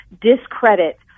discredit